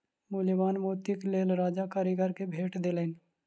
मूल्यवान मोतीक लेल राजा कारीगर के भेट देलैन